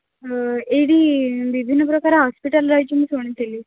ଓ ଏଇଠି ବିଭିନ୍ନ ପ୍ରକାର ହସ୍ପିଟାଲ୍ ରହିଛି ମୁଁ ଶୁଣିଥିଲି